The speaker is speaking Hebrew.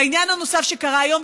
והעניין הנוסף שקרה היום,